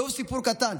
זהו סיפור קטן.